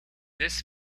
this